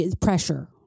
pressure